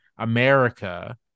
America